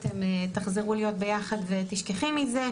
אתם תחזרו להיות ביחד ותשכחי מזה,